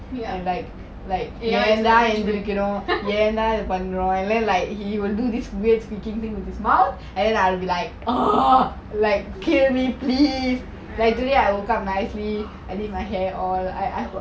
I know